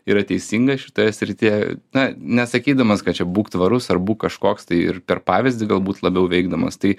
yra teisinga šitoje srityje na nesakydamas kad čia būk tvarus ar būk kažkoks tai ir per pavyzdį galbūt labiau veikdamas tai